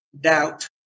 doubt